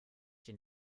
den